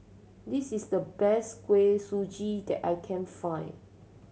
this is the best Kuih Suji that I can find